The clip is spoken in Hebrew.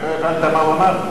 אתה לא הבנת מה הוא אמר?